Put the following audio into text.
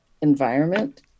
environment